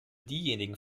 diejenigen